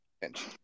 Pinch